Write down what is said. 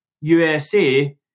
USA